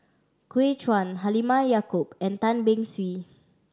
Gu Juan Halimah Yacob and Tan Beng Swee